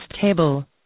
table